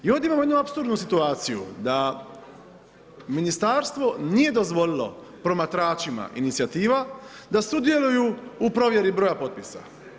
I ovdje imamo jednu apsurdnu situaciju da ministarstvo nije dozvolilo promatračima inicijativa da sudjeluju u provjeri broja potpisa.